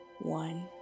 one